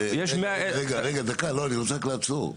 רגע, רגע, דקה, לא, אני רוצה רק לעצור.